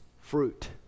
fruit